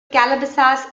calabasas